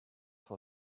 for